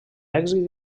èxit